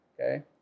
Okay